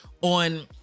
on